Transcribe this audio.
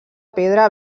pedra